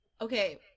okay